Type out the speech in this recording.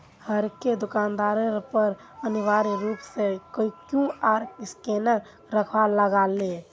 हरेक दुकानेर पर अनिवार्य रूप स क्यूआर स्कैनक रखवा लाग ले